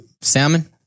Salmon